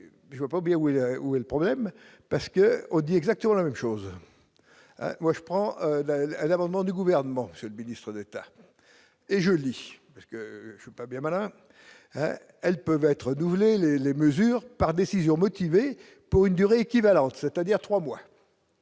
que je vois pas bien où il où est le problème parce que dit exactement la même chose, moi je prends la la l'amendement du gouvernement Monsieur le Ministre d'État et je le dis parce que je suis pas bien malin, elles peuvent être renouvelé les les mesures. Or, par décision motivée pour une durée équivalente, c'est-à-dire 3 mois